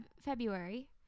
February